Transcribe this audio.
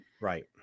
Right